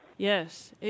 Yes